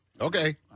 Okay